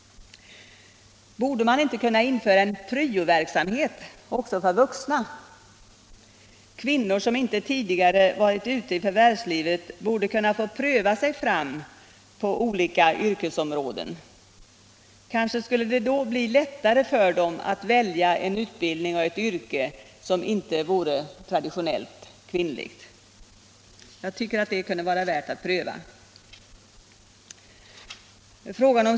Borde man inte kunna införa en pryoverksamhet också för vuxna? Kvinnor som inte tidigare har varit ute i förvärvslivet borde kunna få pröva sig fram på olika yrkesområden. Kanske skulle det då bli lättare för dem att välja utbildning och gå till ett yrke som inte är traditionellt kvinnligt. Jag tycker att det kunde vara värt att pröva.